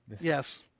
Yes